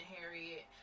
Harriet